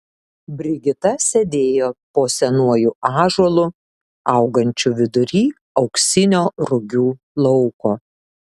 brigita sėdėjo po senuoju ąžuolu augančiu vidury auksinio rugių lauko